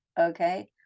okay